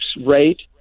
rate